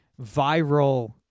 viral